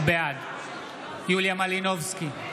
בעד יוליה מלינובסקי,